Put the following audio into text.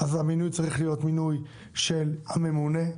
המינוי צריך להיות מינוי של הממונה,